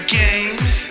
games